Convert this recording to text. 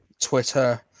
Twitter